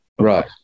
Right